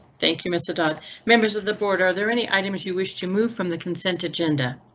thank you mr dodd members of the board. are there any items you wish to move from the consent agenda?